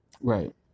Right